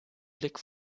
blick